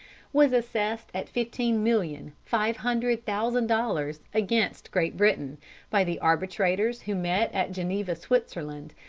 was assessed at fifteen million five hundred thousand dollars against great britain by the arbitrators who met at geneva, switzerland,